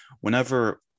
whenever